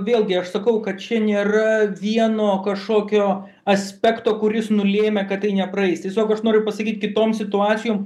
vėlgi aš sakau kad čia nėra vieno kažkokio aspekto kuris nulėmė kad tai nepraeis tiesiog aš noriu pasakyt kitom situacijom